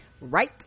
right